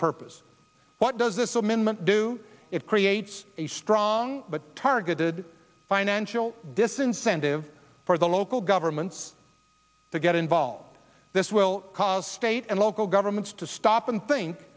purpose what does this amendment do it creates a strong but targeted financial disincentive for the local governments to get involved this will cause state and local governments to stop and think